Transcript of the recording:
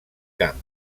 camp